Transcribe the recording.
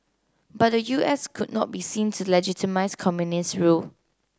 but the U S could not be seen to legitimise communist rule